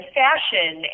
fashion